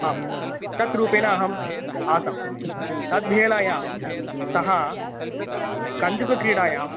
आं तत् रूपेण अहम् आसम् तद्भेलायां सः कन्दुकक्रीडायाम्